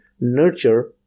nurture